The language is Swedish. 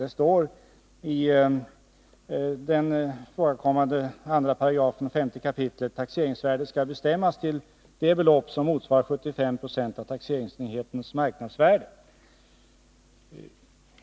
Det står i den ifrågakommande 2 § 5 kap. att taxeringsvärdet skall bestämmas till det belopp som motsvarar 75 26 av taxeringsenhetens marknadsvärde.